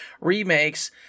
Remakes